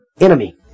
enemy